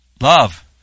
Love